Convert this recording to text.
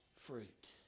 fruit